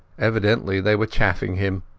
evidently they were chaffing him,